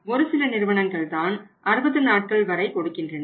ஒரு சில நிறுவனங்கள் தான் 60 நாட்கள் வரை கொடுக்கின்றன